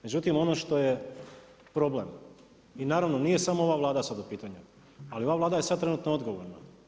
Međutim, ono što je problem i naravno nije samo ova Vlada sad u pitanju, ali ova Vlada je sad trenutno odgovorna.